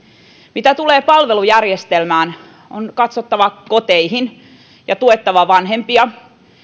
mitä tulee palvelujärjestelmään on katsottava koteihin ja tuettava vanhempia